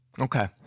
Okay